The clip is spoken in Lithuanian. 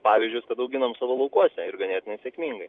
pavyzdžius kad auginam savo laukuose ir ganėtinai sėkmingai